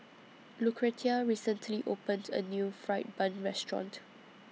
Lucretia recently opened A New Fried Bun Restaurant